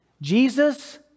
Jesus